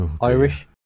Irish